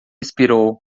expirou